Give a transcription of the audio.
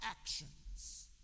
actions